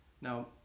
Now